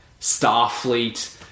Starfleet